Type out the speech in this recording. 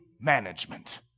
management